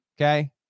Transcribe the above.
Okay